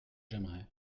j’aimerais